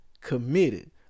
Committed